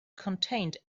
contained